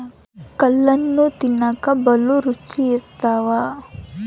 ಕಲ್ಲಣ್ಣು ತಿನ್ನಕ ಬಲೂ ರುಚಿ ಇರ್ತವ